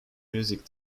music